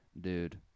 dude